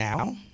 Now